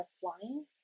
flying